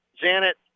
Janet